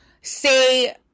say